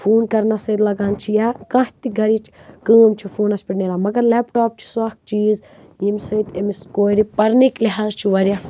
phone کَرنس سۭتی لَگان چھِ یا کانٛہہ تہِ گَرِچ کٲم چھِ فونس پٮ۪ٹھ نیران مگر لٮ۪پٹاپ چھِ سُہ اَکھ چیٖز ییٚمہِ سۭتۍ أمِس کورِ پرنٕکۍ لَحاظ چھُ وارِیاہ